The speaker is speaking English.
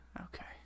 Okay